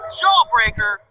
jawbreaker